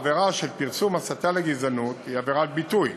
העבירה של פרסום הסתה לגזענות היא עבירת ביטוי.